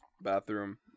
bathroom